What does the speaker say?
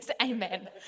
Amen